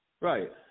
Right